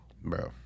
Bro